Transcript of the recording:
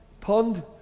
Pond